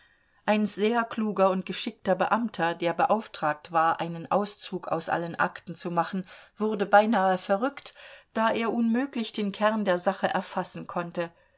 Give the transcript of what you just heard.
ein sehr kluger und geschickter beamter der beauftragt war einen auszug aus allen akten zu machen wurde beinahe verrückt da er unmöglich den kern der sache erfassen konnte